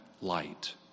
light